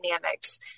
dynamics